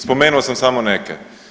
Spomenuo sam samo neke.